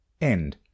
End